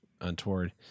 untoward